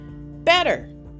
better